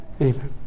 Amen